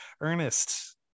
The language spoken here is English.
Ernest